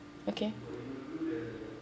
okay